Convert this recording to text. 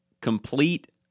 complete